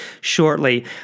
shortly